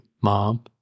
Mom